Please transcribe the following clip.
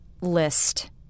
list